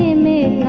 and me